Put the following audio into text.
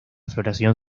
floración